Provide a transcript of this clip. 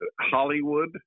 Hollywood